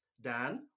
Dan